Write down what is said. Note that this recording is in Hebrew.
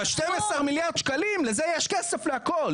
אבל 12 מיליארד שקלים, לזה יש כסף להכל.